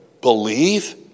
Believe